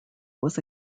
was